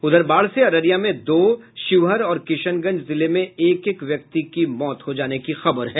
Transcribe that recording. उधर बाढ़ से अररिया में दो शिवहर और किशनगंज जिले में एक एक व्यक्ति की मौत हो गयी है